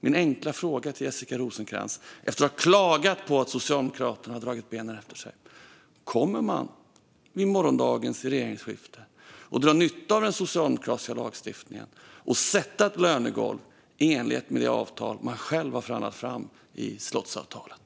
Min enkla fråga till Jessica Rosencrantz, efter att hon klagat på att Socialdemokraterna har dragit benen efter sig, är: Kommer man vid morgondagens regeringssammanträde att dra nytta av den socialdemokratiska lagstiftningen och sätta ett lönegolv i enlighet med det man själv har förhandlat fram i slottsavtalet?